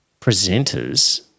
presenters